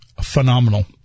phenomenal